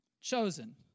Chosen